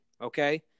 okay